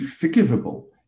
forgivable